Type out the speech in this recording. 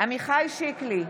עמיחי שיקלי,